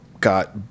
got